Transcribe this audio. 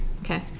Okay